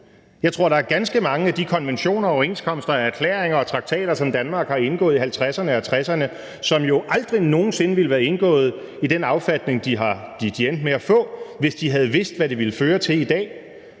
Jeg tror, der er ganske mange af de konventioner, overenskomster, erklæringer og traktater, som Danmark indgik i 1950'erne og 1960'erne, som jo aldrig nogen sinde ville være indgået i den affatning, de endte med, hvis man havde vidst, hvad det ville have ført til i dag.